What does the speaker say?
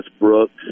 Brooks